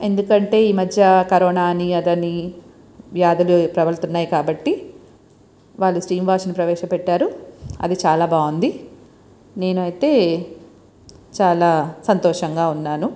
ఎందుకంటే ఈ మధ్య కరోనా అని అదని వ్యాధులు ప్రబలుతున్నాయి కాబట్టి వాళ్ళు స్టీమ్ వాష్ని ప్రవేశ పెట్టారు అది చాలా బాగుంది నేను అయితే చాలా సంతోషంగా ఉన్నాను